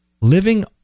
living